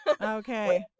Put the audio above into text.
Okay